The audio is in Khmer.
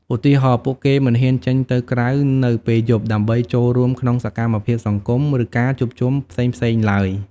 ឧទាហរណ៍ ពួកគេមិនហ៊ានចេញទៅក្រៅនៅពេលយប់ដើម្បីចូលរួមក្នុងសកម្មភាពសង្គម ឬការជួបជុំផ្សេងៗឡើយ។